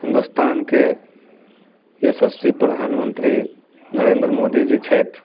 हिन्दुस्तान के यशश्वी प्रधानमन्त्री नरेन्द्र मोदी जी छथि